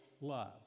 love